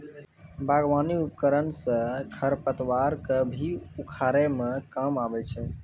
बागबानी उपकरन सँ खरपतवार क भी उखारै म काम आबै छै